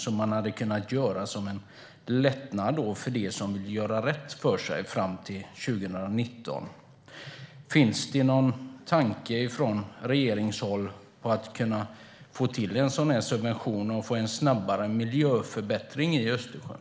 Det hade man kunnat göra som en lättnad för dem som vill göra rätt för sig fram till 2019. Finns det någon tanke från regeringshåll om att kunna få till en sådan subvention och få en snabbare miljöförbättring i Östersjön?